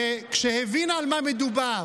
וכשהבין על מה מדובר,